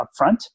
upfront